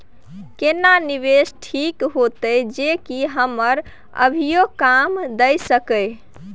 केना निवेश ठीक होते जे की हमरा कभियो काम दय सके?